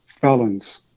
felons